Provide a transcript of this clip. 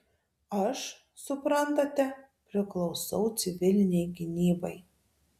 aš suprantate priklausau civilinei gynybai